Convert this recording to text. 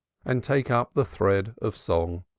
and take up the thread of song.